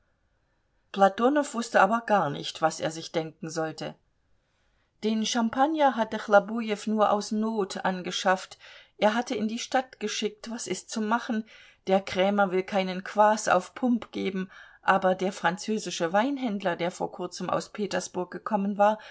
platonow wußte aber gar nicht was er sich denken sollte den champagner hatte chlobujew nur aus not angeschafft er hatte in die stadt geschickt was ist zu machen der krämer will keinen kwas auf pump geben aber der französische weinhändler der vor kurzem aus petersburg gekommen war